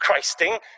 christing